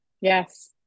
Yes